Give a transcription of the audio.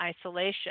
isolation